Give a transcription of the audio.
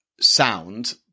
sound